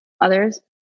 others